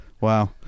Wow